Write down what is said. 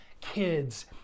kids